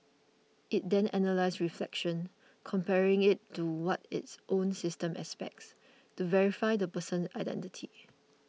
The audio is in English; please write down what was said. it then analyses reflection comparing it to what its own system expects to verify the person's identity